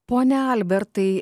pone albertai